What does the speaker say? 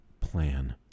Plan